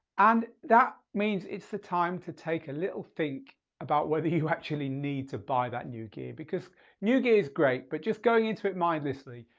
and that means it's the time to take a little think about whether you actually need to buy that new gear because new gear is great but just going into it mindlessly,